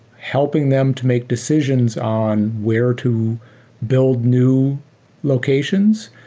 helping them to make decisions on where to build new locations,